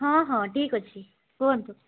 ହଁ ହଁ ଠିକଅଛି କୁହନ୍ତୁ